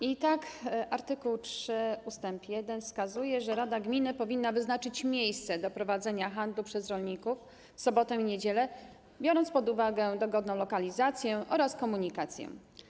I tak art. 3 ust. 1 wskazuje, że rada gminy powinna wyznaczyć miejsce do prowadzenia handlu przez rolników w sobotę i niedzielę, biorąc pod uwagę dogodną lokalizację oraz komunikację.